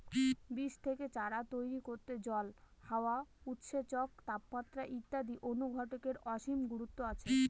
বীজ থেকে চারা তৈরি করতে জল, হাওয়া, উৎসেচক, তাপমাত্রা ইত্যাদি অনুঘটকের অসীম গুরুত্ব আছে